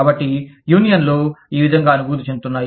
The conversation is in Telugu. కాబట్టి యూనియన్లు ఈ విధంగా అనుభూతి చెందుతున్నాయి